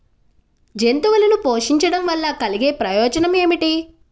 జంతువులను పోషించడం వల్ల కలిగే ప్రయోజనం ఏమిటీ?